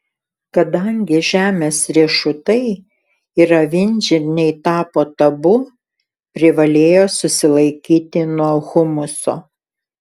kadangi žemės riešutai ir avinžirniai tapo tabu privalėjo susilaikyti nuo humuso